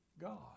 God